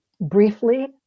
briefly